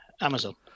Amazon